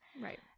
Right